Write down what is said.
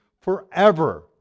forever